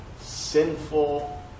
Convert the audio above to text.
sinful